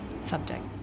subject